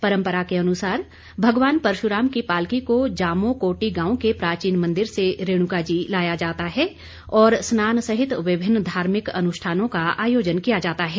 परंपरा के अनुसार भगवान परशुराम की पालकी को जामो कोटी गांव के प्राचीन मंदिर से रेणुका जी लाया जाता है और स्नान सहित विभिन्न धार्मिक अनुष्ठानों का आयोजन किया जाता है